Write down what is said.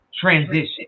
transition